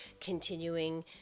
continuing